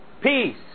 peace